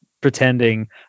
pretending